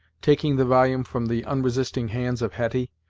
taking the volume from the unresisting hands of hetty,